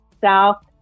South